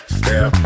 step